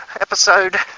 episode